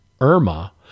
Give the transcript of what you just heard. IRMA